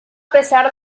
pesar